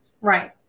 Right